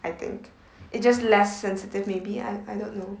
I think it's just less sensitive maybe I I don't know